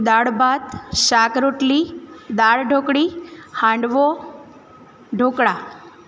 દાળ ભાત શાક રોટલી દાળ ઢોકળી હાંડવો ઢોકળા